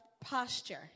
posture